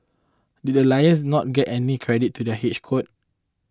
did the lions not get any credit to their head coach